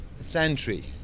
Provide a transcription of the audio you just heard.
century